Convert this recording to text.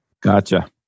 Gotcha